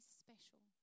special